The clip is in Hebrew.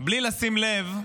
בלי לשים לב,